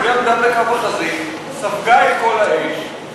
היא עמדה בקו החזית, ספגה את כל האש,